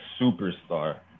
superstar